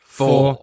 four